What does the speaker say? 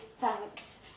thanks